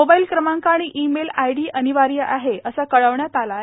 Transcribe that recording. mobile क्रमांक आणि email ID अनिवार्य आहे असं कळवण्यात आलं आहे